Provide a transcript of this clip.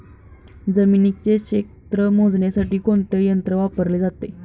जमिनीचे क्षेत्र मोजण्यासाठी कोणते यंत्र वापरले जाते?